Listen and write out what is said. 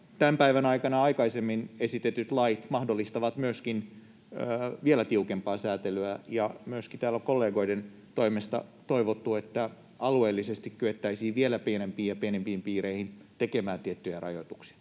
tämän päivän aikana esitetyt lait mahdollistavat myöskin vielä tiukempaa sääntelyä. Täällä myöskin on kollegoiden toimesta toivottu, että alueellisesti kyettäisiin vielä pienempiin ja pienempiin piireihin tekemään tiettyjä rajoituksia.